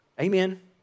Amen